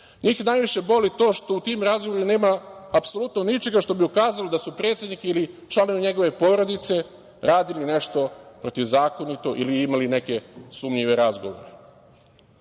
Njih najviše boli to što u tim razgovorima nema apsolutno ničega što bi ukazalo da su predsednik ili članovi njegove porodice radili nešto protivzakonito ili imali neke sumnjive razgovore. Na